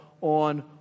on